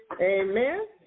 Amen